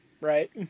Right